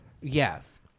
Yes